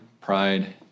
pride